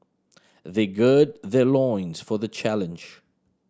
they gird their loins for the challenge